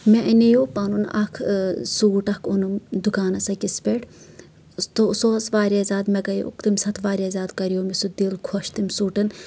مےٚ اَنیو پنُن اکھ سوٗٹ اکھ اوٚنُم دُکانَس أکِس پٮ۪ٹھ تہٕ سُہ اوس واریاہ زیادٕ مےٚ گٔیوتَمہِ ساتہٕ واریاہ زیادٕ کَریو مےٚ سُہ دِل خۄش تٔمۍ سوٗٹن